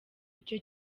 icyo